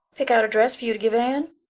pick out a dress for you to give anne?